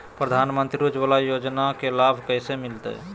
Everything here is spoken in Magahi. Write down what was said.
प्रधानमंत्री उज्वला योजना के लाभ कैसे मैलतैय?